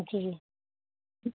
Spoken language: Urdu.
جی